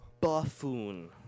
Buffoon